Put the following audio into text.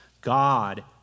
God